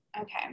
Okay